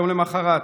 יום למוחרת.